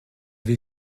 vais